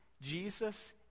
Jesus